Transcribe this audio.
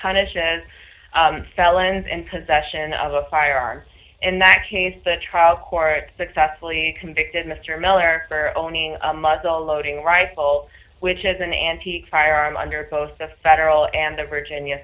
punishes felons in possession of a firearm in that case the trial court successfully convicted mr miller for owning a muzzle loading rifle which is an antique firearm under both the federal and the virginia